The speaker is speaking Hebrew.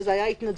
שזה היה התנדבותי